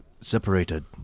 separated